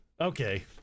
Okay